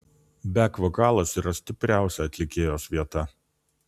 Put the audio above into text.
bek vokalas yra stipriausia atlikėjos vieta